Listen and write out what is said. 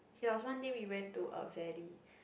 there was one day we went to a valley